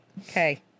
okay